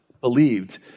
believed